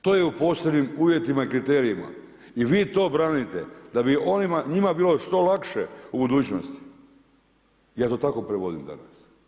To je u posebnim uvjetima i kriterijima i vi to branite da bi onima, njima bilo što lakše u budućnosti ja to tako prevodim danas.